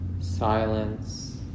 silence